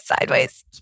sideways